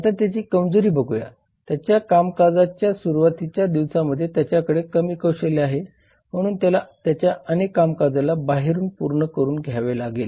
आता त्याची कमजोरी बघूया त्याच्या कामकाजाच्या सुरुवातीच्या दिवसांमध्ये त्याच्याकडे कमी कौशल्य आहे म्हणून त्याला त्याच्या अनेक कामकाजाला बाहेरून पूर्ण करून घ्यावे लागले